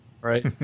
right